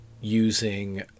using